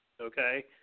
okay